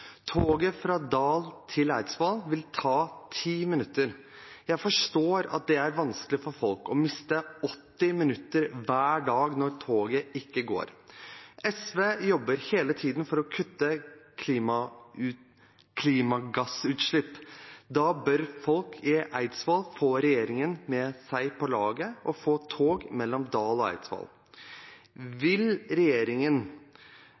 Toget fra Dal til Eidsvoll vil ta 10 minutter. Jeg forstår at det er vanskelig for folk å miste 80 minutter hver dag når toget ikke går. SV jobber hele tiden for å kutte klimagassutslipp. Da bør folk i Eidsvoll få regjeringen med seg på laget og få tog mellom Dal og